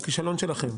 כישלון שלכם.